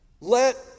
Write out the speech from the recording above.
let